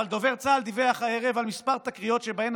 אבל דובר צה"ל דיווח הערב על כמה תקריות שבהן,